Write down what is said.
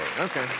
Okay